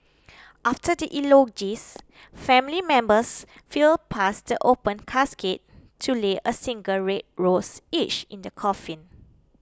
after the eulogies family members filed past the open casket to lay a single red rose each in the coffin